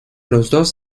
dos